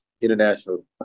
international